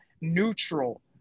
neutral